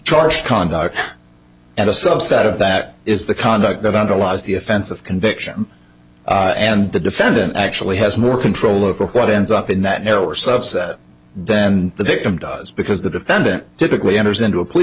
charged conduct and a subset of that is the conduct that underlies the offense of conviction and the defendant actually has more control over what ends up in that narrower subset than the victim does because the defendant typically enters into a plea